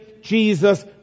Jesus